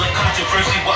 controversy